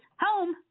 Home